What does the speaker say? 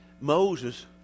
Moses